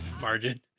margin